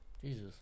Jesus